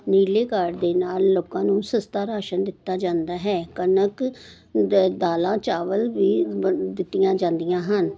ਨੀਲੇ ਕਾਰਡ ਦੇ ਨਾਲ ਲੋਕਾਂ ਨੂੰ ਸਸਤਾ ਰਾਸ਼ਨ ਦਿੱਤਾ ਜਾਂਦਾ ਹੈ ਕਣਕ ਦ ਦਾਲਾਂ ਚਾਵਲ ਵੀ ਬ ਦਿੱਤੀਆਂ ਜਾਂਦੀਆਂ ਹਨ